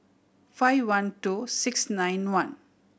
five one two six nine one